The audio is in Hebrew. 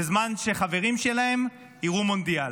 בזמן שחברים שלהם יראו מונדיאל.